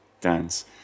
dance